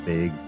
Big